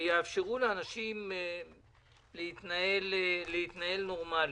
ויתאפשר לאנשים להתנהל נורמלי.